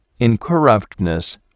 Incorruptness